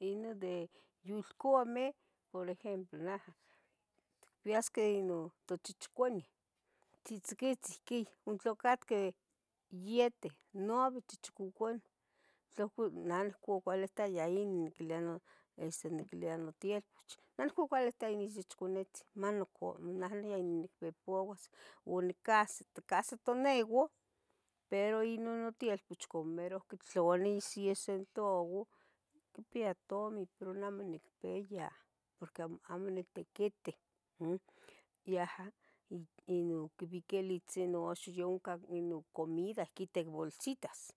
Inon de yulcuameh, por ejemplo naha ticpiasqueh inon de tochichicuanih tzihtziquitzin ihquin tlocatqueh iete, naui chichiconcuani tla ohcon nah ocuaihtaya inon quilbia este niquilbia notielpoch nah noihcon ocualitaya nichichciconetzin uan ohcon nah nohcon nah neh nicpobuas uan nicahsito nicahsito neua, pero inon notielpoch como mero tlaolih cien centavu quipia tomi, pero neh amo nicpia porqui amo amo nitiquitih, mm yaha inon quibiquilitzinoa xiyoca inon comida quitic bolsitas